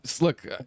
look